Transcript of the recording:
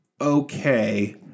okay